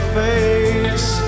face